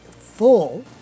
full